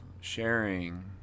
sharing